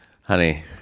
Honey